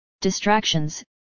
Distractions